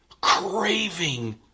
craving